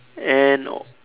and